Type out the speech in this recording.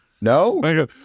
no